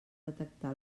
detectar